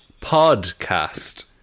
podcast